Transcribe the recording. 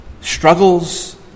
struggles